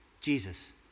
Jesus